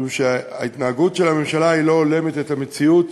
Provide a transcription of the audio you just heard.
משום שההתנהגות של הממשלה לא הולמת את המציאות